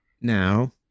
now